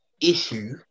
issue